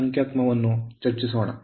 ಸಂಖ್ಯಾತ್ಮಕ ನಾವು ನಂತರ ಚರ್ಚಿಸುತ್ತೇವೆ